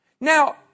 Now